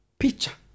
picture